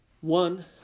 One